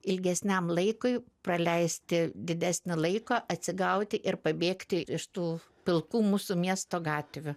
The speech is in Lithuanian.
ilgesniam laikui praleisti didesnį laiką atsigauti ir pabėgti iš tų pilkų mūsų miesto gatvių